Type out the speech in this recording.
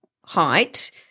height